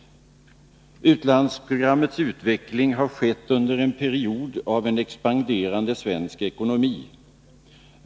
Utlandsprogrammets utveckling har skett under en period av en expanderande svensk ekonomi.